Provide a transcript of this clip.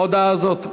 ההודעה הזאת,